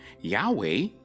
Yahweh